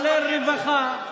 כולל רווחה,